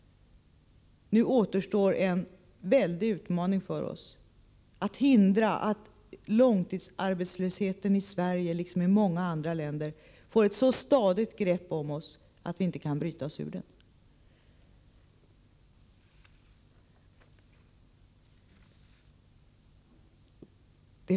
Nu återstår en väldig utmaning för oss, att hindra att långtidsarbetslösheten i Sverige, liksom i många andra länder, får ett så stadigt grepp om oss att vi inte kan bryta oss ur den.